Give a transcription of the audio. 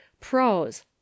Pros